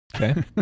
Okay